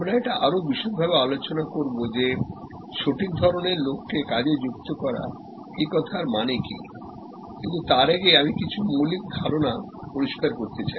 আমরা এটা আরও বিশদভাবে আলোচনা করব যে সঠিক ধরনের লোককে কাজে যুক্ত করা এ কথার মানে কি কিন্তু তার আগে আমি কিছু মৌলিক ধারণা পরিষ্কার করতে চাই